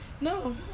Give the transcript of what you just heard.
no